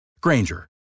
Granger